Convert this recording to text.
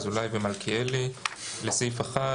אזולאי ומלכיאלי: הסתייגות מספר 1